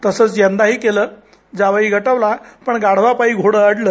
तसंच यंदाही केलं जावई गटवला पण गाढवापायी घोडं अडलं